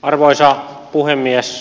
arvoisa puhemies